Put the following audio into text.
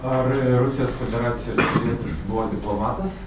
ar ir rusijos federacijos pilietis buvo diplomatas